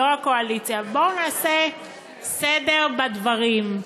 יושב-ראש הקואליציה, בואו נעשה סדר בדברים.